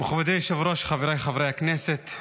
מכובדי היושב-ראש, חבריי חברי הכנסת,